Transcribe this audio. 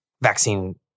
vaccine